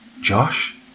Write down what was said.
Josh